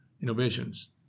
innovations